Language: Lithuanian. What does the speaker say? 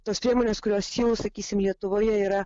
tos priemonės kurios jau sakysim lietuvoje yra